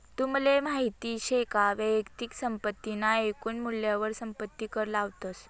तुमले माहित शे का वैयक्तिक संपत्ती ना एकून मूल्यवर संपत्ती कर लावतस